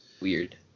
Weird